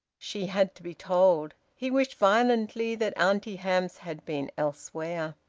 she had to be told. he wished violently that auntie hamps had been elsewhere.